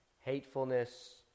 hatefulness